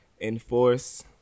enforce